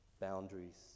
Boundaries